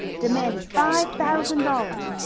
demanded five thousand dollars.